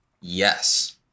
Yes